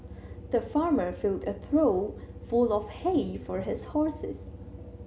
the farmer filled a trough full of hay for his horses